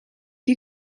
you